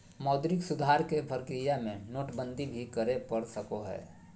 मौद्रिक सुधार के प्रक्रिया में नोटबंदी भी करे पड़ सको हय